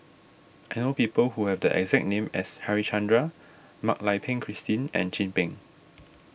I know people who have the exact name as Harichandra Mak Lai Peng Christine and Chin Peng